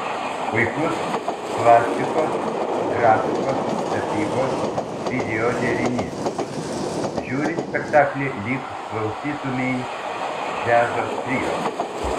puikus plastikos grafikos tapybos video derinys žiūri spektaklį lyg klausytumei džiazo trio